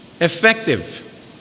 effective